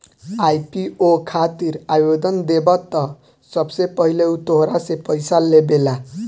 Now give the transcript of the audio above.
IPO खातिर आवेदन देबऽ त सबसे पहिले उ तोहरा से पइसा लेबेला